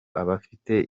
abafite